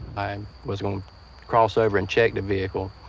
i was going to cross over and check the vehicle.